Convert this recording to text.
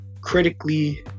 critically